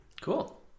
Cool